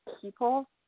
people